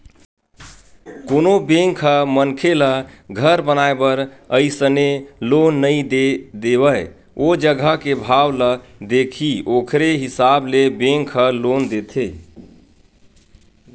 कोनो बेंक ह मनखे ल घर बनाए बर अइसने लोन नइ दे देवय ओ जघा के भाव ल देखही ओखरे हिसाब ले बेंक ह लोन देथे